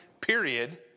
period